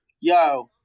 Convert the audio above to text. Yo